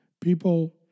people